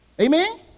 Amen